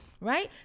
Right